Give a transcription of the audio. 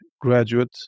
graduate